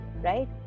Right